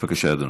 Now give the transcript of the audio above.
בבקשה, אדוני.